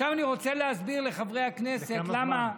עכשיו אני רוצה להסביר לחברי הכנסת למה,